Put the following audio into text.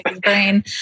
brain